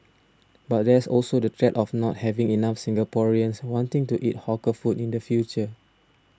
but there's also the threat of not having enough Singaporeans wanting to eat hawker food in the future